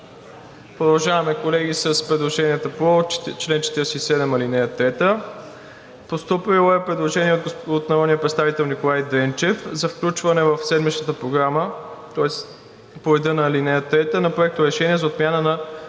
Продължаваме, колеги, с предложенията по чл. 47, ал. 3. Постъпило е предложение от народния представител Николай Дренчев за включване в седмичната програма, тоест по реда на ал. 3, на Проекторешение за отмяна на